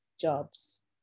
jobs